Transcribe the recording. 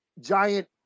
giant